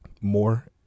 more